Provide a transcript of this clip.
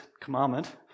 commandment